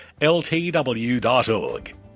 ltw.org